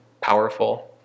powerful